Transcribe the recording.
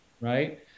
right